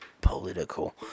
political